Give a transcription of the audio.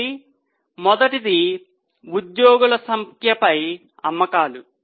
కాబట్టి మొదటిది ఉద్యోగుల సంఖ్యపై అమ్మకాలు